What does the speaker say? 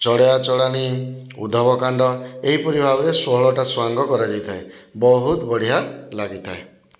ଚଡ଼ିଆ ଚଡ଼ାଣି ଉଦ୍ଧବ କାଣ୍ଡ ଏହିପରି ଭାବରେ ଷୋଳଟା ସୁଆଙ୍ଗ କରାଯାଇଥାଏ ବହୁତ ବଢ଼ିଆ ଲାଗିଥାଏ